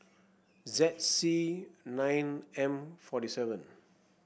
Z C nine M forty seven